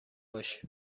باش